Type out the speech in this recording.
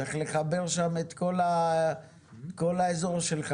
צריך לחבר שם את כל האזור שלך,